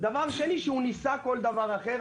דבר שני שהוא ניסה כל דבר אחר,